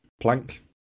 Plank